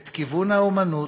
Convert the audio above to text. את כיוון האמנות,